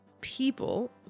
people